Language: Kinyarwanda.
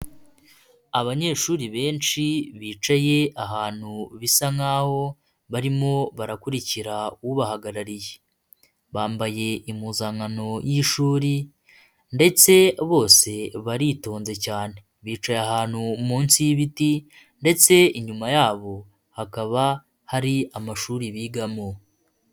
Abanyeshuri benshi bicaye ahantu bisa nk'aho barimo barakurikira ubahagarariye, bambaye impuzankano y'ishuri ndetse bose baritonze cyane, bicaye ahantu munsi y'ibiti ndetse inyuma yabo hakaba hari amashuri bigamo.